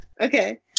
Okay